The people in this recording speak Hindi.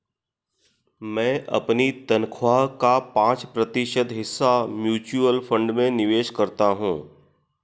मैं अपनी तनख्वाह का पाँच प्रतिशत हिस्सा म्यूचुअल फंड में निवेश करता हूँ